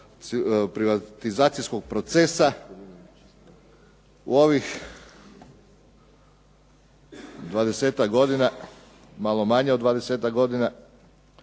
privatizacijskog procesa u ovih 20-ak godina, malo manje od 20-ak godina.